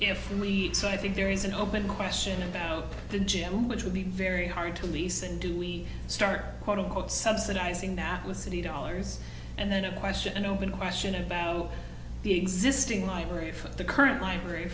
we meet so i think there is an open question about the gym which would be very hard to lease and do we start quote unquote subsidizing that with city dollars and then a question an open question about the existing library for the current library